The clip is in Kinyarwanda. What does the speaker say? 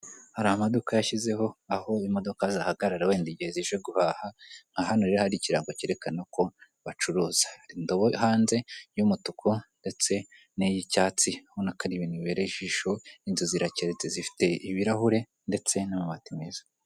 Hari amaduka yashyizeho aho imodoka zihagarara wenda igihe zije guhaha nka hano hari ikirango cyerekana ko bacuruza, indobo hanze y'umutuku ndetse n'iy'icyatsi ubona ko ari ibintu bibera ijisho, inzu zirageretse zifite ibirahure ndetse n'amabati meza.